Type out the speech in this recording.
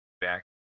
back